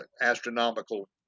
astronomical